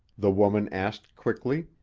the woman asked quickly.